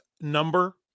number